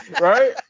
Right